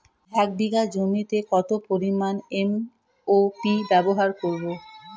এক বিঘা জমিতে কত পরিমান এম.ও.পি ব্যবহার করব?